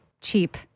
cheap